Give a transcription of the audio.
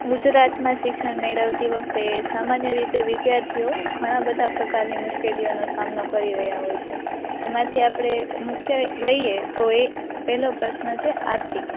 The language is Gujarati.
ગુજરાતમાં શિક્ષણ મેળવતી વખતે સામાન્ય રીતે વિદ્યાર્થીઓ ઘણા બધા પ્રકારની મુશ્કેલીઓનો સામનો કરી રહ્યા હોય છે એમાંથી આપણે મુખ્ય લઈએ તો એ પહેલો પ્રશ્ન છે આર્થિક